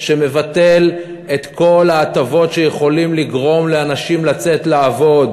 שמבטל את כל ההטבות שיכולות לגרום לאנשים לצאת לעבוד,